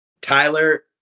Tyler